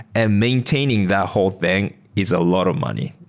and maintaining that whole thing is a lot of money,